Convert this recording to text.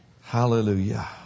Hallelujah